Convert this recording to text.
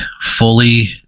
fully